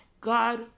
God